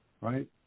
right